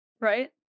Right